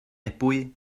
ebwy